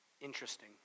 Interesting